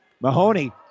Mahoney